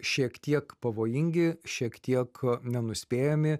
šiek tiek pavojingi šiek tiek nenuspėjami